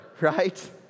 right